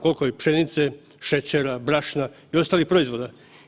Koliko je pšenice, šećera, brašna i ostalih proizvoda?